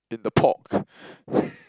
in the pork